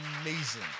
amazing